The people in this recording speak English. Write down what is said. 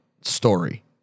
story